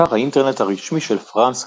אתר האינטרנט הרשמי של פרנס קריק